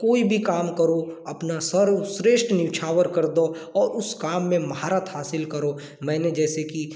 कोई भी काम करो अपना सर्वश्रेष्ठ न्योछावर कर दो और उस काम मे महारत हासिल करो मैंने जैसे कि